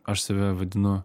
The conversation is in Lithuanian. aš save vadinu